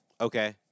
Okay